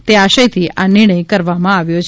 તે આશયથી આ નિર્ણય કરવામાં આવ્યો છે